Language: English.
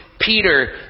Peter